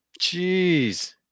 Jeez